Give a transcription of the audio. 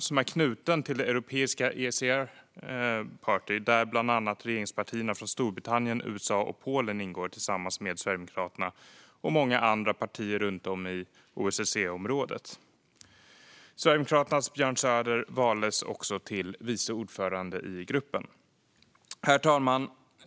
Den är knuten till det europeiska ECR Party, där bland annat regeringspartierna från Storbritannien, USA och Polen ingår tillsammans med Sverigedemokraterna och många andra partier runt om i OSSE-området. Sverigedemokraternas Björn Söder valdes till vice ordförande i gruppen. Herr talman!